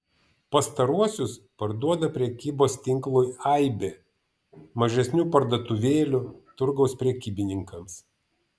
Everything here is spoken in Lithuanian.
pastaruosius parduoda prekybos tinklui aibė mažesnių parduotuvėlių turgaus prekybininkams